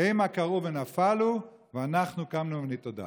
"המה כרעו ונפלו ואנחנו קמנו ונתעודָד".